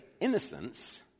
innocence